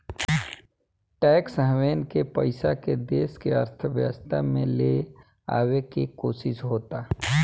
tax haven के पइसा के देश के अर्थव्यवस्था में ले आवे के कोशिस होता